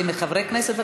ומחברי הכנסת,